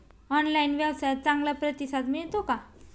Online व्यवसायात चांगला प्रतिसाद मिळतो का?